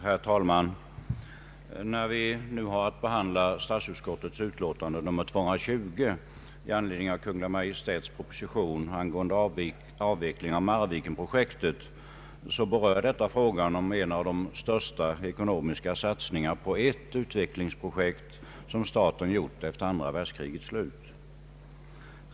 Herr talman! När vi nu har att behandla statsutskottets utlåtande nr 220 i anledning av Kungl. Maj:ts proposition angående avveckling av Marvikenprojektet berör vi därmed frågan om en av de största ekonomiska satsningar på ett utvecklingsprojekt som staten svarat för efter andra världskrigets slut.